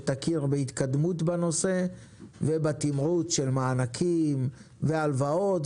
שתכיר בהתקדמות בנושא ובתמרוץ של מענקים ושל הלוואות,